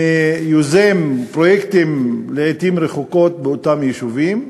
יוזם פרויקטים, לעתים רחוקות, באותם יישובים,